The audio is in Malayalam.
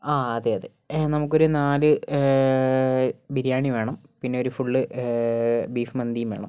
ആ അതെ അതെ നമുക്ക് ഒരു നാല് ബിരിയാണി വേണം പിന്നെ ഒരു ഫുള്ള് ബീഫ് മന്തിയും വേണം